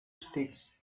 sticks